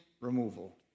removal